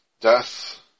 Death